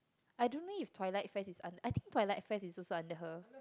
I don't know if Twilight-Fest is under I think Twilight-Fest is also under her